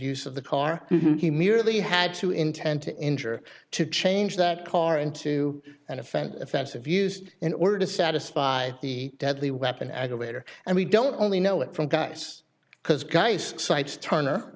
use of the car he merely had to intend to injure to change that car into and if an offensive used in order to satisfy the deadly weapon aggravator and we don't only know it from guys because guys sites turner